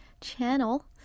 channel